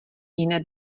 jiné